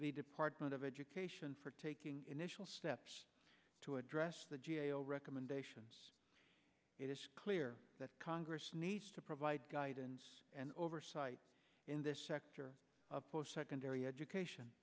the department of education for taking initial steps to address the g a o recommendations it is clear that congress needs to provide guidance and oversight in this sector of post secondary education